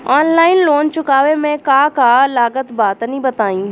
Online loan चुकावे म का का लागत बा तनि बताई?